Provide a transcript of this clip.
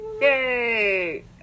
yay